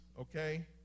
okay